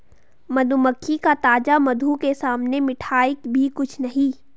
मधुमक्खी का ताजा मधु के सामने मिठाई भी कुछ नहीं